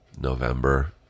November